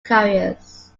carriers